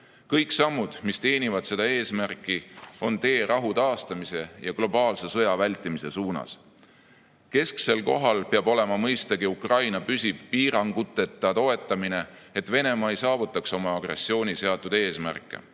Kõik sammud, mis teenivad seda eesmärki, on tee rahu taastamise ja globaalse sõja vältimise suunas. Kesksel kohal peab olema mõistagi Ukraina püsiv piiranguteta toetamine, et Venemaa ei saavutaks oma agressiooni seatud eesmärke.